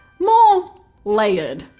more layered,